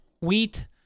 wheat